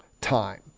time